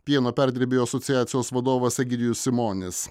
pieno perdirbėjų asociacijos vadovas egidijus simonis